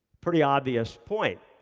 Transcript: pretty obvious point.